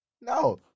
No